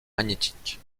magnétiques